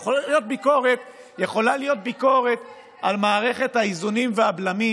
יכולה להיות ביקורת על מערכת האיזונים והבלמים